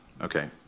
Okay